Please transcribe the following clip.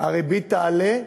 הריבית תעלה.